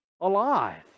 alive